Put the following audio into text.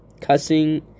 cussing